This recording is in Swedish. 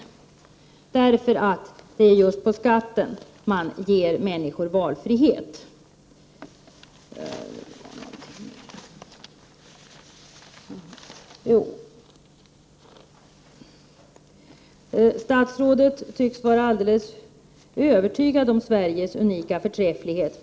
Anledningen är att det just är genom reglering av skatten som man ger människor valfrihet. Statsrådet tycks vara alldeles övertygad om Sveriges unika förträfflighet.